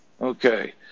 Okay